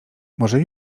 może